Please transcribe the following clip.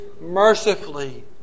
mercifully